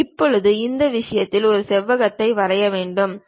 இப்போது இந்த விமானத்தில் ஒரு செவ்வகத்தை வரைய விரும்புகிறேன்